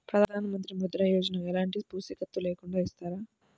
ప్రధానమంత్రి ముద్ర యోజన ఎలాంటి పూసికత్తు లేకుండా ఇస్తారా?